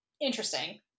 interesting